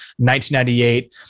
1998